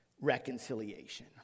reconciliation